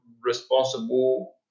responsible